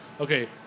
okay